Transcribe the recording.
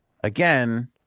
again